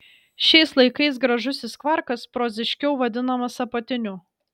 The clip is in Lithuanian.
šiais laikais gražusis kvarkas proziškiau vadinamas apatiniu